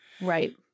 Right